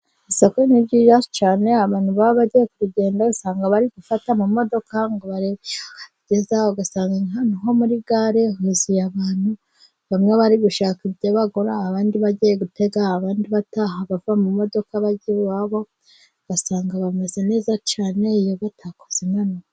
Isoko ni ryiza cyane abantu baba bagiye kugenda usanga bari gufata amodoka ngo bagezaho ugasanga hano ho muri gare huzuye abantu bamwe bari gushaka ibyo bagura, abandi bagiye gutega, abandi bataha bava mu modoka bajya iwabo, ugasanga bameze neza cyane iyo batakoze impanuka.